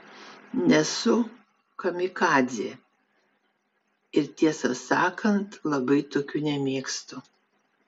nesu kamikadzė ir tiesą sakant labai tokių nemėgstu